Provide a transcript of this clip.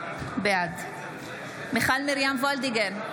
בעד מיכל מרים וולדיגר,